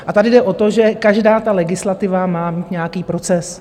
A tady jde o to, že každá ta legislativa má mít nějaký proces.